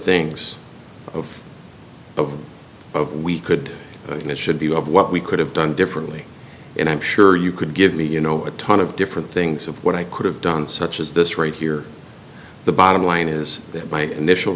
things of of of we could and should be of what we could have done differently and i'm sure you could give me you know a ton of different things of what i could have done such as this right here the bottom line is that my initial